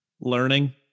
learning